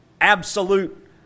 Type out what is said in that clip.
absolute